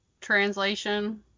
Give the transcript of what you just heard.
translation